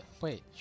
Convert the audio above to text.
Wait